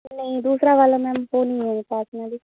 نہیں دوسرا والا میم وہ نہیں ہے میرے پاس میں ابھی